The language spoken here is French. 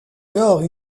alors